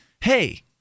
hey